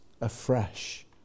afresh